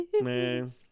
man